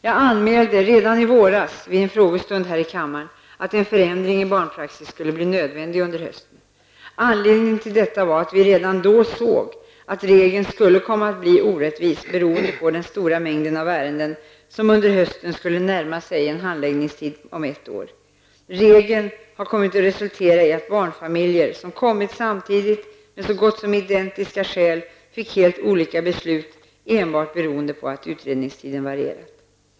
Jag anmälde redan i våras vid en frågestund här i kammaren att en förändring av barnpraxis skulle bli nödvändig under hösten. Anledningen till detta är att vi redan då såg att regeln skulle komma att bli orättvis beroende på den stora mängd av ärenden som under hösten skulle närma sig en handläggningstid om ett år. Regeln har kommit att resultera i att barnfamiljer som kommit samtidigt och med så gott som identiska skäl fick helt olika beslut enbart beroende på att utredningstiden varierat.